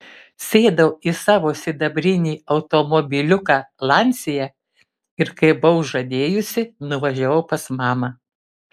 sėdau į savo sidabrinį automobiliuką lancia ir kaip buvau žadėjusi nuvažiavau pas mamą